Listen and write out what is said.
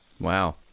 Wow